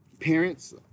Parents